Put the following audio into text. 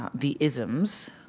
ah the isms